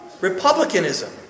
Republicanism